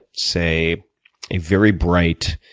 say a very bright,